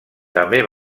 també